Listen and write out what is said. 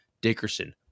Dickerson